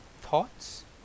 thoughts